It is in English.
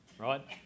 right